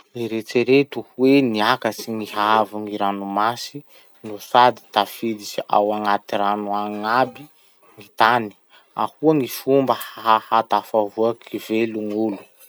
Eritsereto hoe niakatsy gny haavon'ny ranomasy no sady tafiditsy ao agnaty rano agny aby gny tany. Ahoa gny fomba hahatafavoaky velo gn'olo.